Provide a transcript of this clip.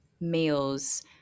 meals